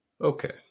Okay